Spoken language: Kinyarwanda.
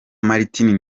martin